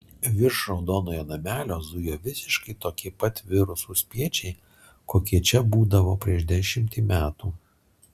virš raudonojo namelio zujo visiškai tokie pat virusų spiečiai kokie čia būdavo prieš dešimtį metų